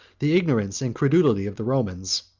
the ignorance and credulity of the romans